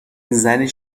زنی